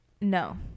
No